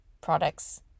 products